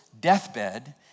deathbed